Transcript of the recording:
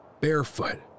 barefoot